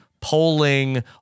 polling